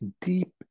deep